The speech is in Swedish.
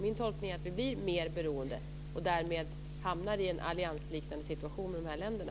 Min tolkning är att vi blir mer beroende och därmed hamnar i en alliansliknande situation med de här länderna.